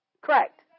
Correct